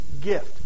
gift